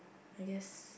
I guess